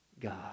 God